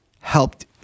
helped